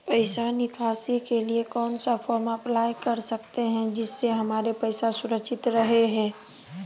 पैसा निकासी के लिए कौन सा फॉर्म अप्लाई कर सकते हैं जिससे हमारे पैसा सुरक्षित रहे हैं?